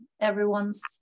everyone's